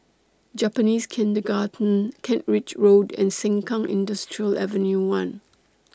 Japanese Kindergarten Kent Ridge Road and Sengkang Industrial Ave one